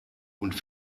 und